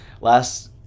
last